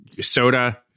soda